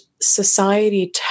society